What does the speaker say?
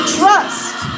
trust